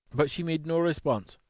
but she made no response,